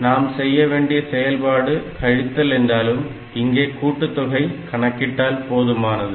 நாம் செய்யவேண்டிய செயல்பாடு கழித்தல் என்றாலும் இங்கே கூட்டுத் தொகையை கணக்கிட்டால் போதுமானது